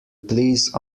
please